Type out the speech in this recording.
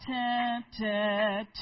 tempted